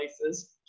places